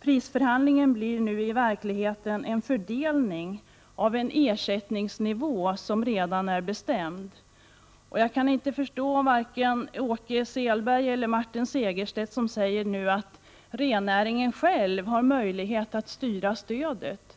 Prisförhandlingen blir nu i verkligheten en fördelning av en ersättningsnivå som redan är bestämd. Jag kan inte förstå vare sig Åke Selberg eller Martin Segerstedt, som säger att rennäringen själv har möjlighet att styra stödet.